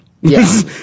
Yes